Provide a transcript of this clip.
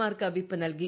mark whip നൽകി